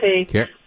Okay